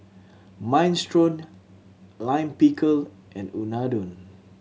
Minestrone Lime Pickle and Unadon